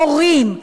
הורים,